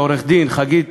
לעו"ד חגית